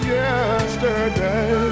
yesterday